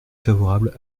favorable